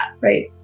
right